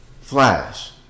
Flash